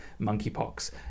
monkeypox